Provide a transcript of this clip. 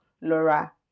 Laura